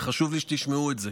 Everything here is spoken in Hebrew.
וחשוב לי שתשמעו את זה: